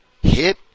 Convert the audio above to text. hit